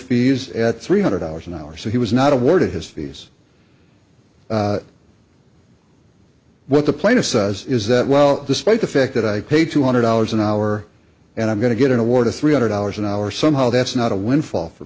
fees at three hundred dollars an hour so he was not awarded his fees what the plaintiff says is that well despite the fact that i paid two hundred dollars an hour and i'm going to get an award of three hundred dollars an hour somehow that's not a windfall for